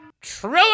True